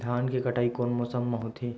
धान के कटाई कोन मौसम मा होथे?